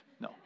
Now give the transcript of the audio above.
No